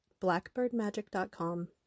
blackbirdmagic.com